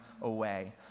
away